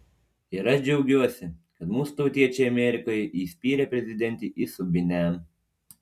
ir aš džiaugiuosi kad mūsų tautiečiai amerikoje įspyrė prezidentei į subinę